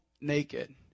naked